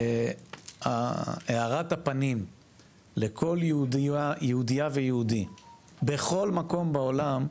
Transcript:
הארת הפנים לכל יהודייה ויהודי בכל מקום בעולם,